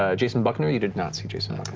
ah jason buckner? you did not see jason